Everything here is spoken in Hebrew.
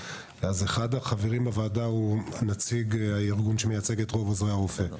אחד החברים בוועדה הוא נציג הארגון שמייצג את רוב עוזרי הרופא.